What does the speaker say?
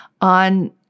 on